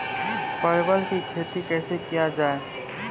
परवल की खेती कैसे किया जाय?